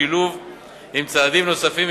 בשילוב עם צעדים נוספים,